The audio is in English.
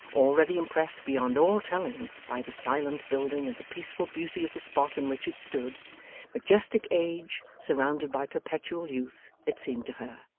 already impressed, beyond all telling, by the silent building and the peaceful beauty of the spot in which it stood majestic age surrounded by perpetual youth it seemed to her,